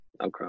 Okay